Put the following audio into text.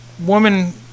woman